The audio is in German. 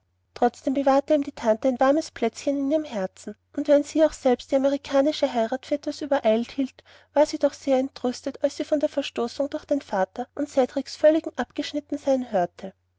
trotzdem bewahrte ihm die tante ein warmes plätzchen in ihrem herzen und wenn sie auch selbst die amerikanische heirat für etwas übereilt hielt war sie doch sehr entrüstet als sie von der verstoßung durch den vater und cedriks völligem abgeschnittensein hörte